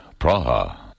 Praha